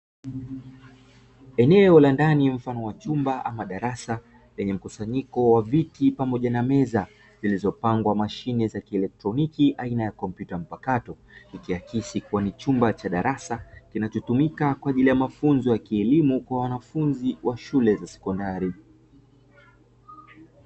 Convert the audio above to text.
Eneo la ndani mfano wa chumba ama darasa, lenye mkusanyiko wa viti pamoja na meza, zilizopangwa mashine za kieletroniki aina ya kompyuta mpakato. Ikiakisi kuwa ni chumba cha darasa kinachotumika kwa ajili ya mafunzo ya elimu kwa wanafunzi wa sekondari.